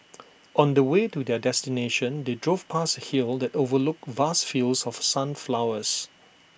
on the way to their destination they drove past A hill that overlooked vast fields of sunflowers